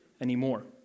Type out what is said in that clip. anymore